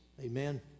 Amen